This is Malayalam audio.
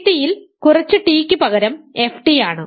സി ടി യിൽ കുറച്ച് ടിക്ക് പകരം ft യാണ്